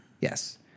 Yes